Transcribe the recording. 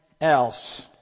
else